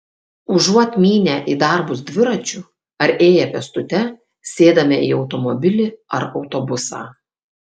užuot mynę į darbus dviračiu ar ėję pėstute sėdame į automobilį ar autobusą